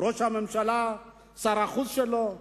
שראש הממשלה, שר החוץ שלו,